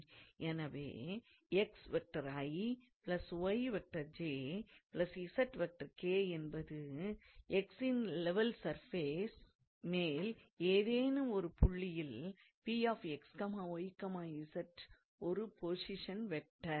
எனவே 𝑥𝑖̂𝑦𝑗̂𝑧𝑘̂ என்பது x இன் லெவல் சர்ஃபேஸ் மேல் ஏதேனும் ஒரு புள்ளியில் Px y z ஒரு பொசிஷன் வெக்டார்